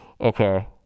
Okay